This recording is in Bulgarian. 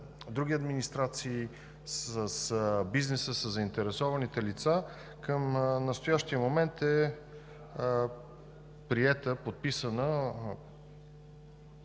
други администрации, с бизнеса, със заинтересованите лица. Към настоящия момент е приета подписана